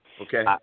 Okay